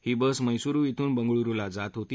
ही bus Mysuru इथून बंगळुरुला जात होती